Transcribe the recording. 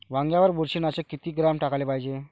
वांग्यावर बुरशी नाशक किती ग्राम टाकाले पायजे?